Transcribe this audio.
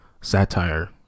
satire